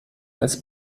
als